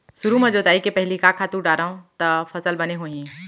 सुरु म जोताई के पहिली का खातू डारव त फसल बने होही?